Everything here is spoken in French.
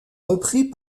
repris